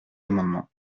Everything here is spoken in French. amendements